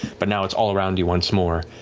but now it's all around you, once more.